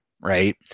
right